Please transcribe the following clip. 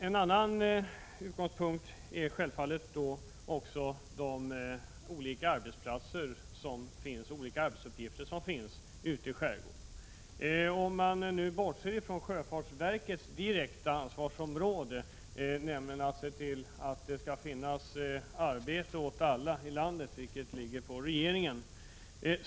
En annan utgångspunkt är självfallet de olika arbetsuppgifter som finns ute i skärgården. Vi kan nu bortse från sjöfartsverkets direkta ansvarsområde. Att se till att det skall finnas arbete åt alla i landet är en uppgift som faller på regeringen.